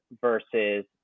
versus